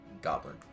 goblin